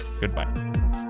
Goodbye